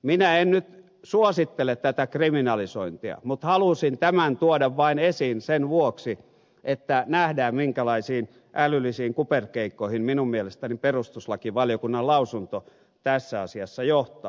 minä en nyt suosittele tätä kriminalisointia mutta halusin vain tuoda tämän esiin sen vuoksi että nähdään minkälaisiin älyllisiin kuperkeikkoihin minun mielestäni perustuslakivaliokunnan lausunto tässä asiassa johtaa